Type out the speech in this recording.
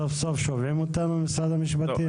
סוף-סוף שומעים אותנו במשרד המשפטים?